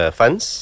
funds